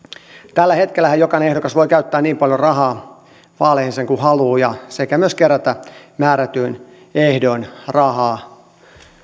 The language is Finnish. tällä hetkellähän jokainen ehdokas voi käyttää niin paljon rahaa vaaleihin kuin haluaa sekä myös kerätä määrätyin ehdoin rahaa